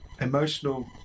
emotional